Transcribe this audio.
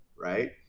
right